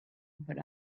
but